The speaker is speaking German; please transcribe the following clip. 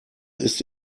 ist